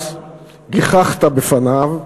אז גיחכת בפניו,